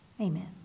amen